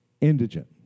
indigent